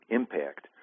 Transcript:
impact